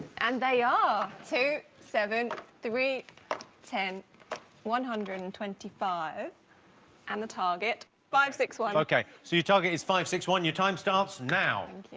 and they are two seven three ten one hundred and twenty five and the target five six five. okay. so your target is five six one your time starts now